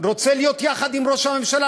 רוצה להיות יחד עם ראש הממשלה,